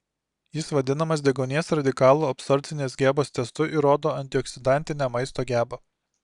jis vadinamas deguonies radikalų absorbcinės gebos testu ir rodo antioksidantinę maisto gebą